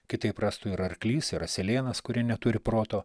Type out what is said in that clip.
kitaip rastų ir arklys ir asilėnas kurie neturi proto